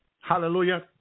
Hallelujah